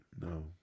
no